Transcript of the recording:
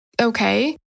Okay